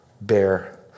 bear